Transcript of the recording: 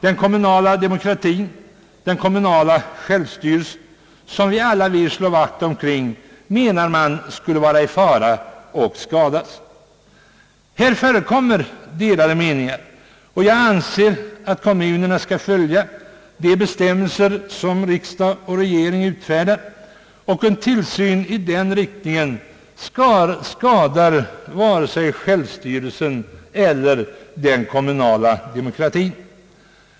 Den kommunala demokratin och den kommunala självstyrelsen, som vi alla vill slå vakt omkring, menar man skulle vara i fara och skadas. Här förekommer delade meningar. Jag anser att kommunerna skall följa de bestämmelser som riksdag och regering utfärdar. En tillsyn i den riktningen skadar inte vare sig självstyrelsen eller den kommunala demokratin.